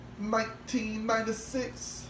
1996